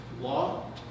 law